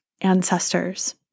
ancestors